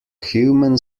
human